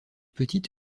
petite